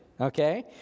Okay